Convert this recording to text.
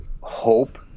hope